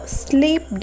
sleep